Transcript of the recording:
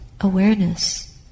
awareness